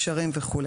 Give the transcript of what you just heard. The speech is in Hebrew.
גשרים וכו',